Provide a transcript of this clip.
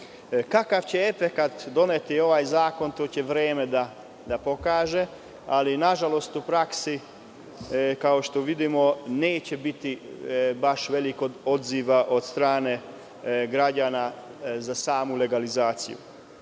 reč. Kakav će efekat doneti ovaj zakon, to će vreme da pokaže. Nažalost, u praksi, kao što vidimo, neće biti baš velikog odziva od strane građana za samu legalizaciju.